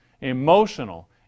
emotional